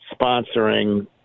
sponsoring